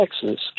Texas